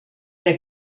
der